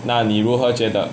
那你如何觉得